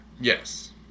Yes